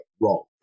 wrong